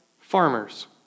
farmers